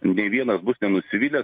nė vienas bus nenusivylęs